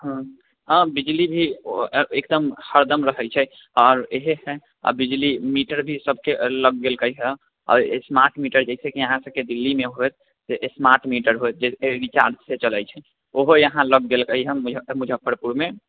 हँ हँ बिजली भी एकदम हरदम रहै छै आओर इएह हइ आओर बिजली मीटर भी सबके लगि गेल हइ आओर स्मार्ट मीटर जइसेकि अहाँ सबके दिल्लीमे होएत जे स्मार्ट मीटर होएत जे रिचार्जसँ चलै छै ओहो यहाँ लगि गेलै हँ मुजफ्फरपुरमे